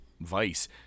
Vice